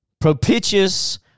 propitious